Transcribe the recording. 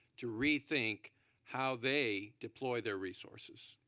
to rethink how they deploy their resources,